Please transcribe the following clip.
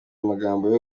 amagambo